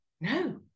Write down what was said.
no